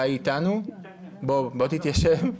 אני הזמנתי את הגברת,